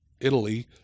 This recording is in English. Italy